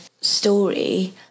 story